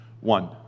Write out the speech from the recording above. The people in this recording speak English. One